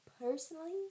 personally